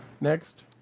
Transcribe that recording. next